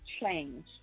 change